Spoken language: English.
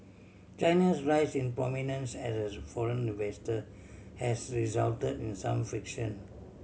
China's rise in prominence as foreign investor has result in some friction